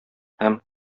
һәм